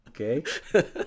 Okay